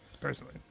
personally